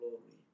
glory